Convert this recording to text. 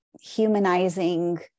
Humanizing